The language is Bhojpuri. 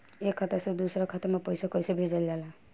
एक खाता से दूसरा खाता में पैसा कइसे भेजल जाला?